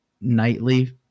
nightly